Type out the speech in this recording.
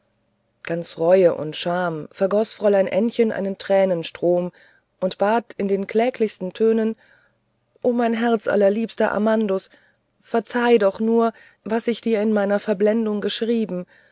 ganz reue und scham vergoß fräulein ännchen einen tränenstrom und bat in den kläglichsten tönen o mein herzlieber amandus verzeihe doch nur was ich dir in meiner verblendung geschrieben